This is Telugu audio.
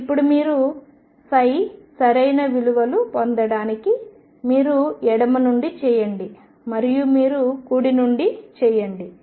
ఇప్పుడు మీరు సరైన విలువలు పొందడానికి మీరు ఎడమ నుండి చేయండి మరియు మీరు కుడి నుండి చేయండి